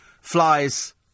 flies